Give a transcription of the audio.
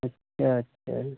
अच्छा अच्छा